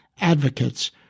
advocates